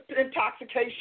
intoxication